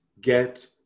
get